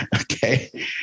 Okay